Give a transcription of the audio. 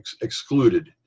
excluded